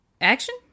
action